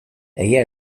egia